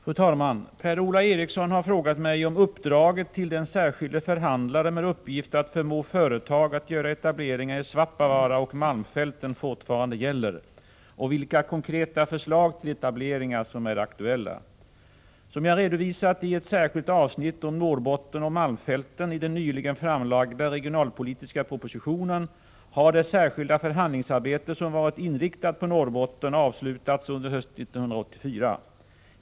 Fru talman! Per-Ola Eriksson har frågat mig om uppdraget till den särskilde förhandlare med uppgift att förmå företag att göra etableringar i Svappavaara och malmfälten fortfarande gäller och vilka konkreta förslag till etableringar som är aktuella. Som jag redovisat i ett särskilt avsnitt om Norrbotten och malmfälten i den nyligen framlagda regionalpolitiska propositionen har det särskilda förhandlingsarbete som varit inriktat på Norrbotten avslutats under hösten 1984.